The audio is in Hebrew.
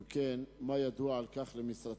2. אם כן, מה ידוע על כך למשרדך?